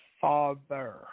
Father